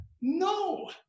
No